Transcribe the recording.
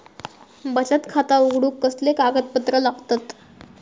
बचत खाता उघडूक कसले कागदपत्र लागतत?